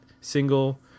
single